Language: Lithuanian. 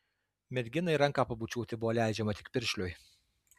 merginai ranką pabučiuoti buvo leidžiama tik piršliui